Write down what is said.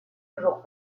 toujours